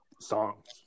songs